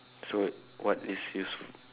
so what is usef~